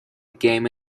game